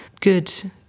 good